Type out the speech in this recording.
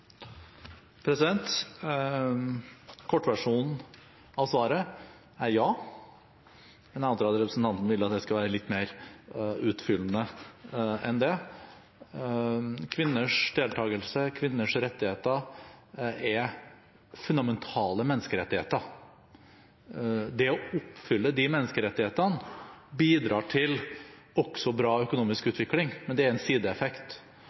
Kortversjonen av svaret er «ja», men jeg antar at representanten vil at jeg skal være litt mer utfyllende enn det. Kvinners deltagelse, kvinners rettigheter er fundamentale menneskerettigheter. Det å oppfylle de menneskerettighetene bidrar også til bra økonomisk utvikling, men det er en sideeffekt.